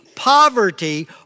Poverty